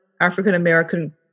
African-American